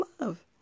love